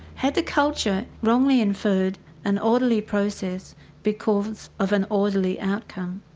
had the culture wrongly inferred an orderly process because of an orderly outcome,